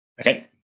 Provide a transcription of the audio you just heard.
Okay